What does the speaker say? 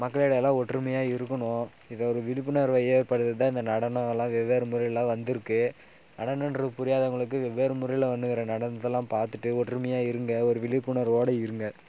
மக்களிடையே எல்லாம் ஒற்றுமையாக இருக்குணும் இதை ஒரு விழிப்புணர்வை ஏற்படுத்த தான் இந்த நடனம் அதெலாம் வெவ்வேறு முறையில் வந்திருக்கு நடனம்கிறது புரியாதவர்களுக்கு வெவ்வேறு முறையில் வந்திருக்க நடனத்தெல்லாம் பார்த்துட்டு ஒற்றுமையாக இருங்க ஒரு விழிப்புணர்வோடு இருங்க